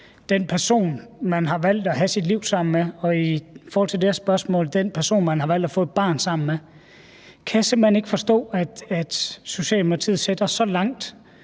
den person, man har valgt at have sit liv sammen med, og i forhold til det her spørgsmål den person, man har valgt at få et barn sammen med, simpelt hen bare ikke forstå, at Socialdemokratiet sætter det så langt